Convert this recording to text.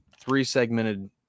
three-segmented